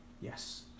Yes